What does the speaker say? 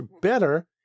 better